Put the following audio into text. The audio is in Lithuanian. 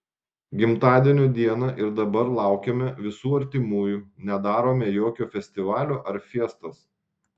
gimtadienio dieną ir dabar laukiame visų artimųjų nedarome jokio festivalio ar fiestos